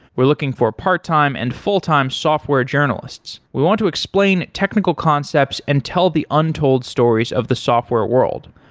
we're looking for part-time and full-time software journalists. we want to explain technical concepts and tell the untold stories of the software world.